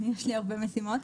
יש לי הרבה משימות.